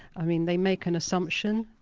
i mean they make an assumption.